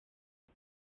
les